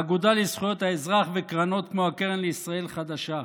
האגודה לזכויות האזרח וקרנות כמו הקרן לישראל חדשה.